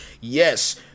Yes